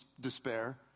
despair